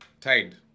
Tied